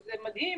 שזה מדהים,